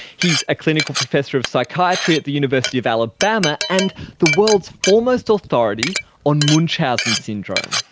he's a clinical professor of psychiatry at the university of alabama, and the world's foremost authority on munchausen syndrome,